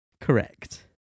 correct